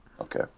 Okay